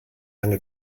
lange